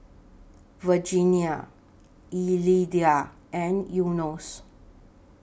Virginia Elida and Enos